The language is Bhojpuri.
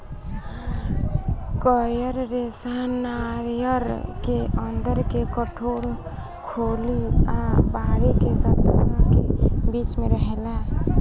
कॉयर रेशा नारियर के अंदर के कठोर खोली आ बाहरी के सतह के बीच में रहेला